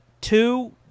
Two